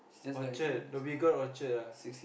Orchard Dhoby-Ghaut Orchard ah